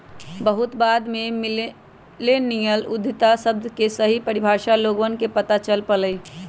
बहुत बाद में मिल्लेनियल उद्यमिता शब्द के सही परिभाषा लोगवन के पता चल पईलय